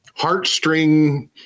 heartstring